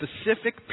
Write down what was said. specific